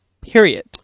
Period